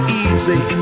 easy